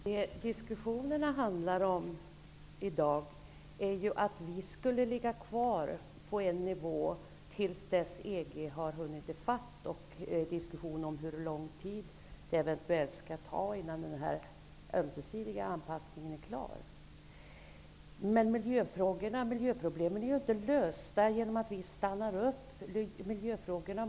Herr talman! Diskussionerna handlar i dag om att vi skulle ligga kvar på samma nivå till dess EG har hunnit i fatt. Det talas också om hur lång tid det skulle ta innan denna ömsesidiga anpassning är klar. Men miljöproblemen får ju ingen lösning genom att vi stannar upp.